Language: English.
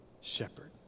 shepherd